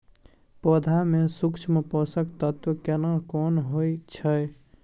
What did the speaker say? पौधा में सूक्ष्म पोषक तत्व केना कोन होय छै?